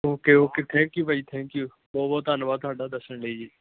okay okay thank you ਭਾਅ ਜੀ thank you ਬਹੁਤ ਬਹੁਤ ਧੰਨਵਾਦ ਤੁਹਾਡਾ ਦੱਸਣ ਲਈ ਜੀ